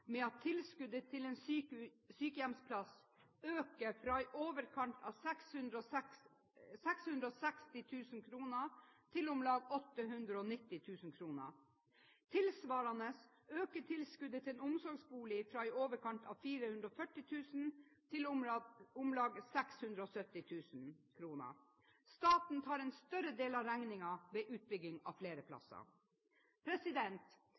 med at tilskuddet til en sykehjemsplass øker fra i overkant av 660 000 kr til om lag 890 000 kr. Tilsvarende øker tilskuddet til en omsorgsbolig fra i overkant av 440 000 kr til om lag 670 000 kr. Staten tar en større del av regningen ved utbygging av flere